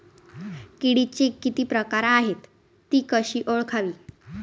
किडीचे किती प्रकार आहेत? ति कशी ओळखावी?